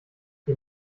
wir